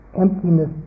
emptiness